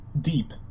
deep